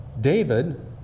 David